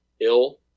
ill